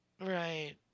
Right